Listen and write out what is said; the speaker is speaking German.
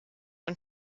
und